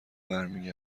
برمی